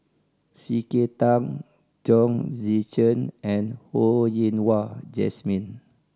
C K Tang Chong Tze Chien and Ho Yen Wah Jesmine